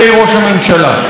אני חייב לומר לכם,